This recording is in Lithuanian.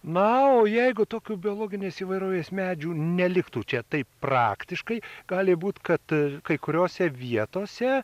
na o jeigu tokių biologinės įvairovės medžių neliktų čia taip praktiškai gali būt kad kai kuriose vietose